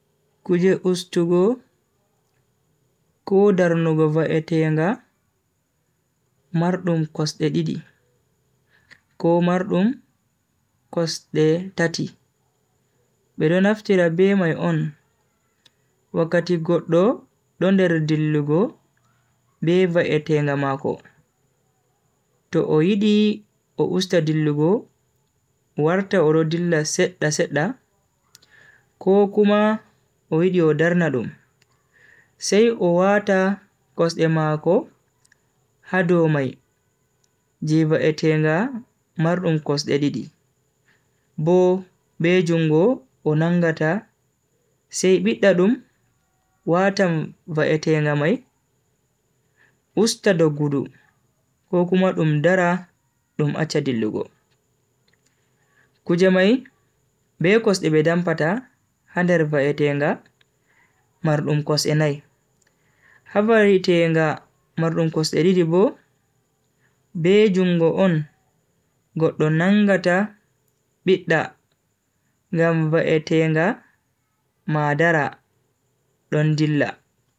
Kuje ustugo ko daranugo vaeteenga mardum koste didi. Ko mardum koste tati. Bedenaftira be mayon wakati goddo donder dilugo be vaeteenga mako. To oidi o ustadilugo warta orodila sedda sedda, kukuma oidi o daranadum. Se o wata koste mako, hadu omay. Ji vaeteenga mardum koste didi. Bo be jungo o nangata seibida dum watam vaeteenga may ustadogudu kukumadum dara dum achadilugo. Kuje may be koste bedampata hadar vaeteenga mardum koste nay. Havariteenga mardum koste didibu be jungo on goddo nangata bidda gam vaeteenga madara dondila.